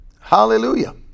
Hallelujah